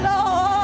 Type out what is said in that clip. Lord